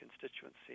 constituency